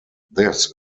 this